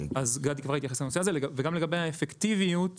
כל 42 יום